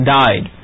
died